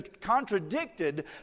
contradicted